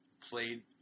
played